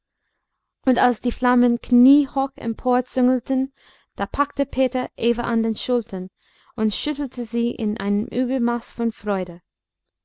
und als die flammen kniehoch emporzüngelten da packte peter eva an den schultern und schüttelte sie in einem übermaß von freude